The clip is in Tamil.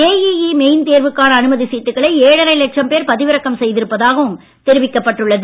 ஜேஇஇ மெயின் தேர்வுக்கான அனுமதிச் சீட்டுக்களை ஏழரை லட்சம் பேர் பதிவிறக்கம் செய்திருப்பதாகவும் தெரிவிக்கப்பட்டுள்ளது